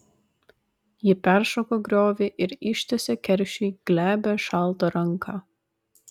ji peršoko griovį ir ištiesė keršiui glebią šaltą ranką